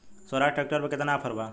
सोहराज tractor पर केतना offer बा?